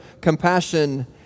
compassion